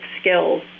skills